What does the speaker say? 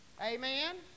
amen